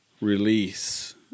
release